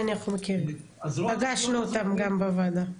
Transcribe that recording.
אנחנו מכירים, פגשנו אותם גם בוועדה.